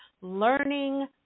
learning